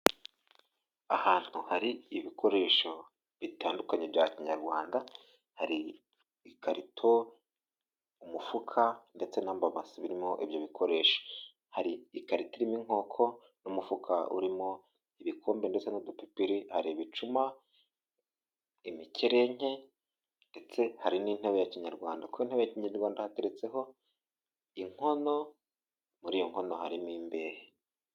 Ahantu hari ibikoresho bitandukanye bya kinyarwanda ,hari ikarito ,umufuka ndetse n'amabasa birimo ibyo bikoresho ,hari ikarita irimo inkoko n'umufuka urimo ibikombe ndetse n'udupiperi hari ibicuma ,imikerenke ndetse hari n'intebe ya kinyarwanda ku ntebe ya kinyarwanda hateretseho inkono muri iyi nkono harimo imbehe.